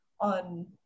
on